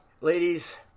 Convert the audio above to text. Ladies